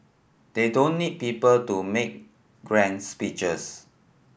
they don't need people to make grand speeches